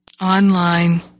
online